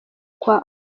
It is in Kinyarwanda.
kwa